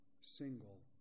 single